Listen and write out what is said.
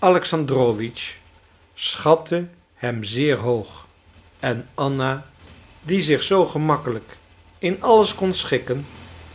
alexei alexandrowitsch schatte hem zeer hoog en anna die zich zoo gemakkelijk in alles kon schikken